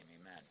amen